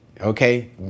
okay